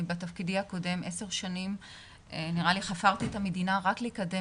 בתפקידי הקודם במשך 10 שנים "חפרתי" את המדינה רק לקדם